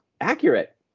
accurate